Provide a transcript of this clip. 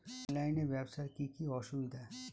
অনলাইনে ব্যবসার কি কি অসুবিধা?